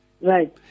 right